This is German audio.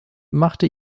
machte